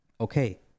Okay